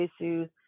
issues